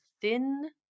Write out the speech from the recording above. thin